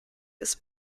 ist